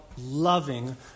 loving